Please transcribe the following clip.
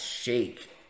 shake